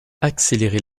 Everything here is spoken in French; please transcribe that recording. accélérer